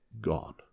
gone